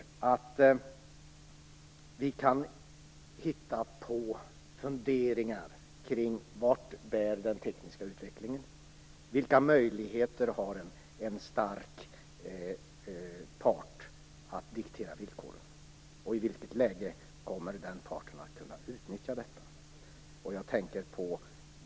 Vi kan fundera på vart den tekniska utvecklingen bär. Vilka möjligheter har en stark part att diktera villkoren? I vilket läge kommer den parten att utnyttja detta?